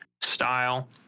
style